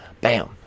bam